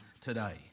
today